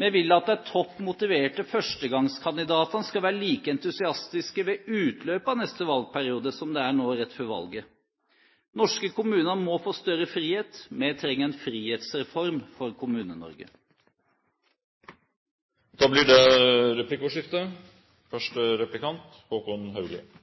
Vi vil at de topp motiverte førstegangskandidatene skal være like entusiastiske ved utløpet av neste valgperiode som de er nå rett før valget. Norske kommuner må få større frihet. Vi trenger en frihetsreform for Kommune-Norge! Det blir replikkordskifte. Representanten Helleland er sikkert enig i at det